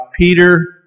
Peter